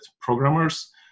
programmers